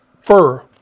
fur